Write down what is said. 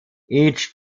each